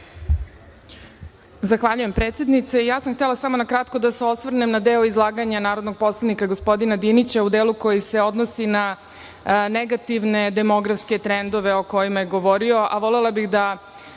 Zahvaljujem, predsednice. Htela sam smo kratko da se osvrnem na deo izlaganja gospodina Dinića, u delu koji se odnosi na negativne demografske trendove o kojima je govorio, a volela bih da